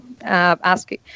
asking